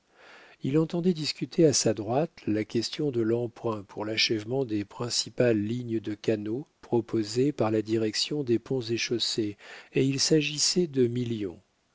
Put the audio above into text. il entendait discuter à sa droite la question de l'emprunt pour l'achèvement des principales lignes de canaux proposé par la direction des ponts et chaussées et il s'agissait de millions